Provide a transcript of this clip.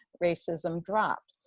racism dropped.